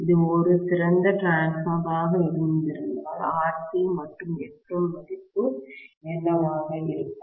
இது ஒரு சிறந்த டிரான்ஸ்பார்மர் ஆக இருந்திருந்தால் RC மற்றும் Xm மதிப்பு என்னவாக இருக்கும்